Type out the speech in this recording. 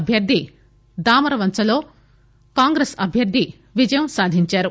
అభ్యర్థి దామరవంచ లో కాంగ్రెస్ అభ్యర్ది విజయం సాధించారు